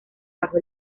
bajo